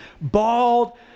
bald